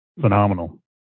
phenomenal